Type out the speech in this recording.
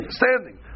standing